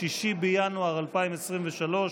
6 בינואר 2023,